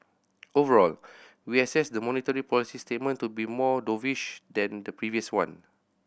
overall we assess the monetary policy statement to be more dovish than the previous one